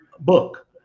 book